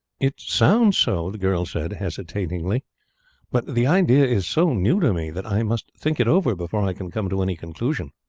it sounds so, the girl said hesitatingly but the idea is so new to me that i must think it over before i can come to any conclusion.